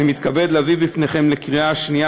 אני מתכבד להביא בפניכם לקריאה השנייה